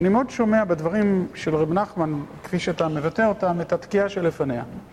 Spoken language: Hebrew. אני מאוד שומע בדברים של רבי נחמן, כפי שאתה מבטא אותם, את התקיעה שלפניה.